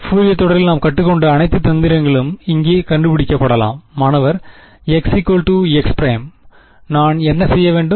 Fourier தொடரில் நாம் கற்றுக்கொண்ட அனைத்து தந்திரங்களும் இங்கே கண்டுபிடிக்கப்படலாம் மாணவர் x x′ நான் என்ன செய்ய வேண்டும்